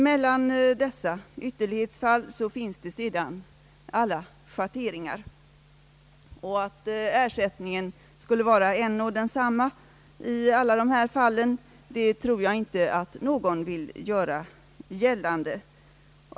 Mellan dessa ytterlighetsfall finns det sedan alla schatteringar, och att ersättningen skulle vara en och samma i alla dessa fall tror jag inte att någon vill göra gällande.